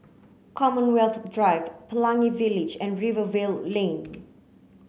Commonwealth Drive Pelangi Village and Rivervale Lane